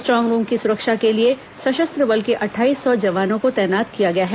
strong room की सुरक्षा के लिए सशस्त्र बल के अट्ठाईस सौ जवानों को तैनात किया गया है